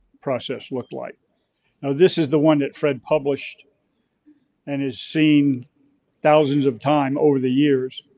process looked like. now this is the one that fred published and is seen thousands of time over the years.